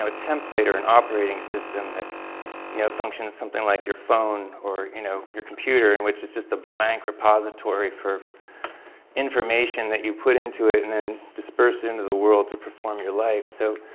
um template or an operating system that you know functions something like your phone or you know your computer in which is just a blank repository for information that you put into it and then disperse it into the world to perform your life. so,